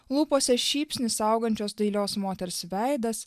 lūpose šypsnį saugančios dailios moters veidas